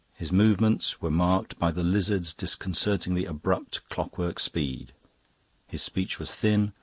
his movements were marked by the lizard's disconcertingly abrupt clockwork speed his speech was thin,